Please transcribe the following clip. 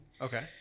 Okay